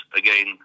again